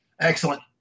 Excellent